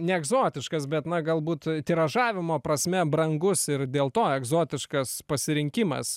ne egzotiškas bet na galbūt tiražavimo prasme brangus ir dėl to egzotiškas pasirinkimas